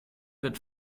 wird